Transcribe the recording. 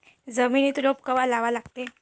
जमिनीत रोप कवा लागा लागते?